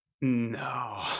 No